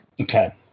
Okay